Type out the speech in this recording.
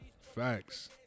facts